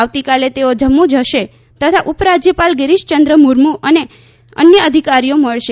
આવતીકાલે તેઓ જમ્મુ જશે તથા ઉપરાજયપાલ ગીરીશચંદ્ર મુર્મુ અને અન્ય અધિકારીઓ મળશે